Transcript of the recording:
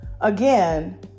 again